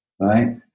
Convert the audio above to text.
Right